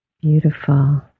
Beautiful